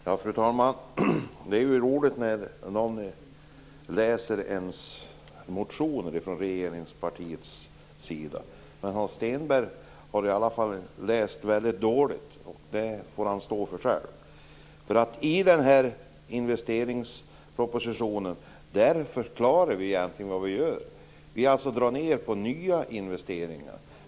Fru talman! Det är roligt när någon från regeringspartiet läser ens motioner. Men Hans Stenberg har läst väldigt dåligt. Det får han stå för själv. I den här investeringsmotionen förklarar vi egentligen vad vi gör. Vi drar ned på nya investeringar.